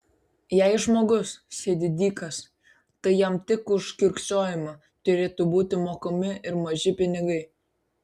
jei žmogus sėdi dykas tai jam tik už kiurksojimą turėtų būti mokami ir maži pinigai